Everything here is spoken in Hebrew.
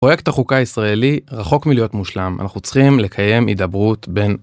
פרויקט החוקה הישראלי רחוק מלהיות מושלם, אנחנו צריכים לקיים הידברות בין